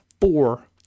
four